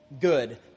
good